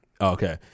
Okay